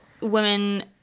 women